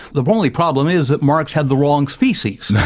the only problem is that marx had the wrong species. yeah